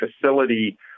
facility